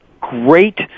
great